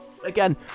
Again